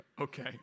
okay